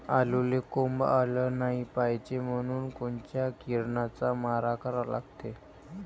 आलूले कोंब आलं नाई पायजे म्हनून कोनच्या किरनाचा मारा करा लागते?